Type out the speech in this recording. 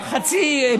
אני כבר מסיים, חצי משפט.